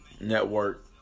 network